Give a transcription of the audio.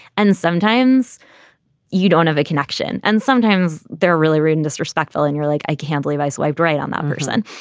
and sometimes you don't have a connection. and sometimes they're really rude and disrespectful. and you're like, i can't believe i survived right on that person.